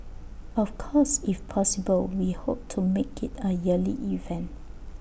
of course if possible we hope to make IT A yearly event